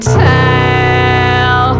tell